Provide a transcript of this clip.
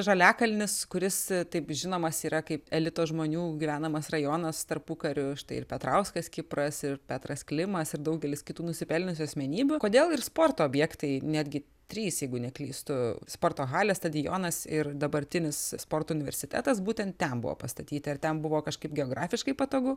žaliakalnis kuris taip žinomas yra kaip elito žmonių gyvenamas rajonas tarpukariu štai ir petrauskas kipras ir petras klimas ir daugelis kitų nusipelniusių asmenybių kodėl ir sporto objektai netgi trys jeigu neklystu sporto halė stadionas ir dabartinis sporto universitetas būtent ten buvo pastatyti ar ten buvo kažkaip geografiškai patogu